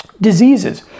diseases